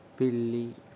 పిల్లి